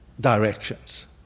directions